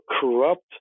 corrupt